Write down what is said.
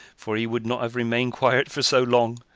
for he would not have remained quiet for so long